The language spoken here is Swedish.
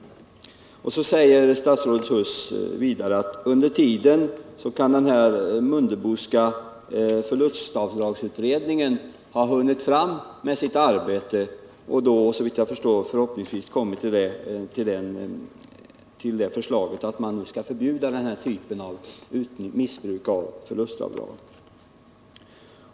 Statsrådet Huss sade vidare att Ingemar Mundebos förlustavdragsutredning under tiden kan ha hunnit fram med sitt arbete och, såvitt jag förstår, då förhoppningsvis ha kommit till den slutsatsen att man skall förbjuda denna typ av missbruk av förlustavdrag.